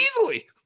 easily